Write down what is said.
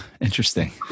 Interesting